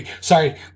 sorry